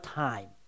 time